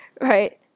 right